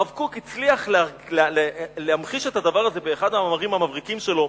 הרב קוק הצליח להמחיש את הדבר הזה באחד המאמרים המבריקים שלו,